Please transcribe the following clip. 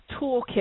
toolkit